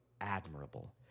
admirable